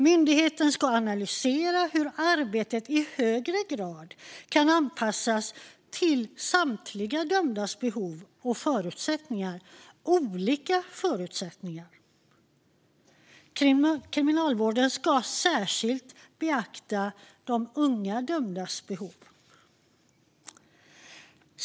Myndigheten ska analysera hur arbetet i högre grad kan anpassas till samtliga dömdas olika behov och förutsättningar. Kriminalvården ska särskilt beakta de unga dömdas behov.